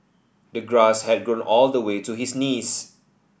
the grass had grown all the way to his knees